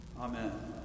Amen